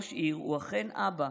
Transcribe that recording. ראש עיר הוא אכן אבא,